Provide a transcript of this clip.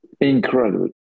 incredible